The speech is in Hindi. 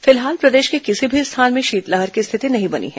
फिलहाल प्रदेश के किसी भी स्थान में शीतलहर की स्थिति नहीं बनी है